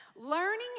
Learning